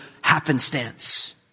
happenstance